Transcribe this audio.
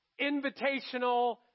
Invitational